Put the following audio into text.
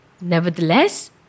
Nevertheless